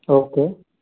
okay